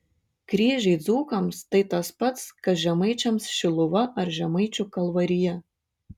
kryžiai dzūkams tai tas pats kas žemaičiams šiluva ar žemaičių kalvarija